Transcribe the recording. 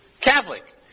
Catholic